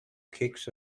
kicks